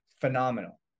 phenomenal